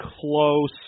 close